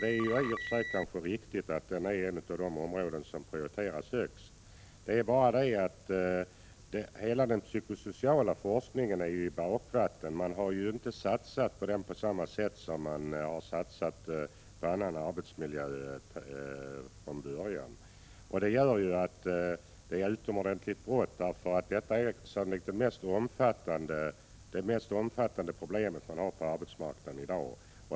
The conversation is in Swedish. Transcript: Det är kanske i och för sig riktigt att detta är ett av de områden som prioriteras högst. Men problemet är att hela den psykosociala forskningen är i bakvatten. Man har inte satsat på den på samma sätt som man från början har satsat på andra arbetsmiljöområden. Detta gör att det är utomordentligt bråttom, eftersom det här sannolikt är det mest omfattande problem som man har på arbetsmarknaden i dag.